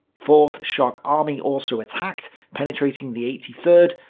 fourth shock army also attacked, penetrating the eighty third,